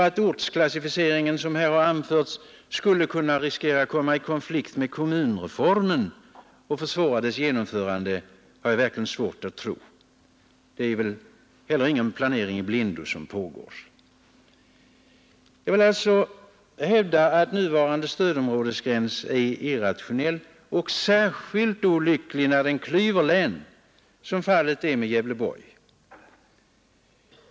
Att ortsklassificeringen som här anförts skulle kunna riskera att komma i konflikt med kommunreformen och försvåra dess genomförande har jag verkligen svårt att tro. Det är väl inte heller någon planering i blindo som pågår. Jag anser att nuvarande stödområdesgräns är irrationell och särskilt olycklig när den klyver län som fallet är med Gävleborg.